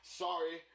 sorry